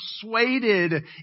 persuaded